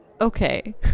okay